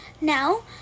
Now